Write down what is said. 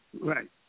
Right